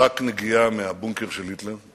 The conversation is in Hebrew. מרחק נגיעה מהבונקר של היטלר,